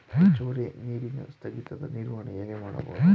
ಹೆಚ್ಚುವರಿ ನೀರಿನ ಸ್ಥಗಿತದ ನಿರ್ವಹಣೆ ಹೇಗೆ ಮಾಡಬಹುದು?